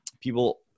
people